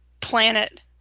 planet